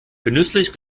genüsslich